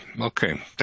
Okay